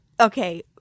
Okay